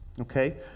okay